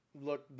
Look